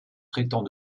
traitant